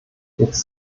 jetzt